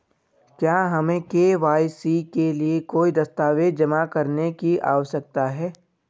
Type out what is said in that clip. क्या हमें के.वाई.सी के लिए कोई दस्तावेज़ जमा करने की आवश्यकता है?